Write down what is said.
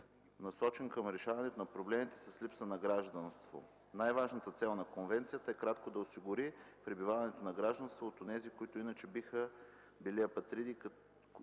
насочен към решаването на проблемите с липсата на гражданство. Най-важната цел на Конвенцията е както да осигури придобиването на гражданство от онези, които иначе биха били апатриди и които